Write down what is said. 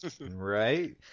right